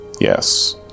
Yes